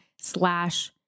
slash